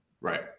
Right